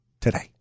today